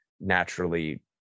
naturally